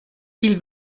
viel